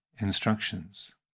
instructions